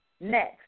Next